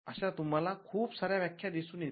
अशा तुम्हाला खूप सार्या व्याख्या दिसून येतील